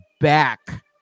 back